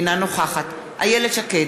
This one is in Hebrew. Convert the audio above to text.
אינה נוכחת איילת שקד,